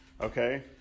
Okay